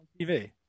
tv